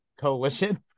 Coalition